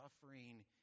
suffering